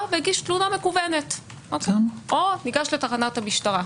והגיש תלונה מקוונת או ניגש לתחנת המשטרה.